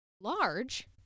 large